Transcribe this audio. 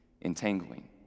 entangling